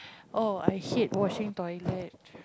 oh I hate washing toilet